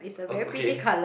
ek okay